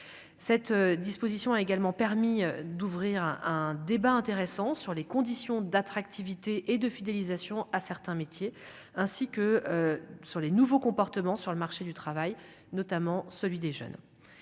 cette disposition a également permis d'ouvrir un débat intéressant sur les conditions d'attractivité et de fidélisation à certains métiers, ainsi que sur les nouveaux comportements sur le marché du travail, notamment celui des jeunes,